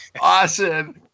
awesome